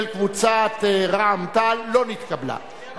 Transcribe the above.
של קבוצת רע"ם-תע"ל, לא נתקבלה.